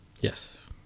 Yes